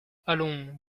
allons